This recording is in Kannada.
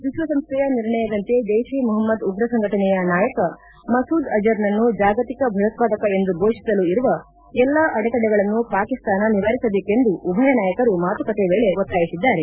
ವಿಶ್ವಸಂಸ್ವೆಯ ನಿರ್ಣಯದಂತೆ ಜೈಷೆ ಮೊಹಮದ್ ಉಗ್ರ ಸಂಘಟನೆಯ ನಾಯಕ ಮಸೂದ್ ಅಜರ್ನನ್ನು ಜಾಗತಿಕ ಭಯೋತ್ಪಾದಕ ಎಂದು ಘೋಷಿಸಲು ಇರುವ ಎಲ್ಲಾ ಅಡೆತಡೆಗಳನ್ನು ಪಾಕಿಸ್ತಾನ ನಿವಾರಿಸಬೇಕೆಂದು ಉಭಯನಾಯಕರು ಮಾತುಕತೆ ವೇಳೆ ಒತ್ತಾಯಿಸಿದ್ದಾರೆ